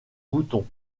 bouton